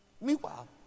Meanwhile